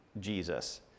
Jesus